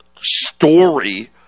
story